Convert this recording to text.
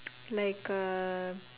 like uh